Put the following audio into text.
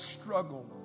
struggle